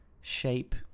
shape